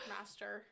Master